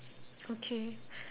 okay